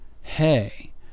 hey